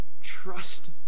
trust